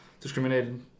discriminated